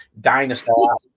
dinosaur